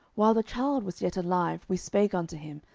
while the child was yet alive, we spake unto him,